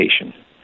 education